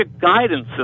guidance